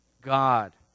god